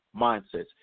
mindsets